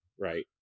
right